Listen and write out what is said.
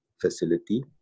facility